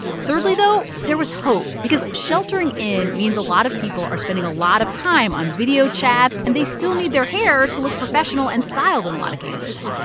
thirdly, though, there was hope because sheltering in means a lot of people are spending a lot of time on video chats, and they still need their hair to look professional and styled in a lot of cases.